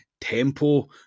tempo